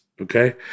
Okay